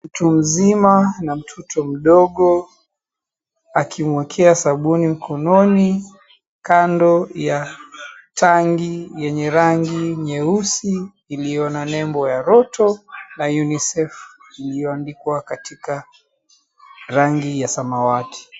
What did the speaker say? Mtu mzima na mtoto mdogo akimwekea sabuni mkononi kando ya tangi yenye rangi nyeusi iliyo na nembo ya Roto na UNICEF iliyoandikwa katika rangi ya samawati.